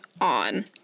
on